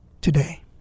today